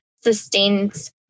sustains